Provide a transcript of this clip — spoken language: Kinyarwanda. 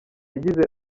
yagize